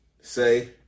say